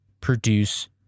produce